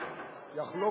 יחלוקו.